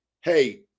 hey